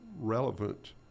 relevant